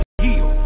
heal